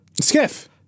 Skiff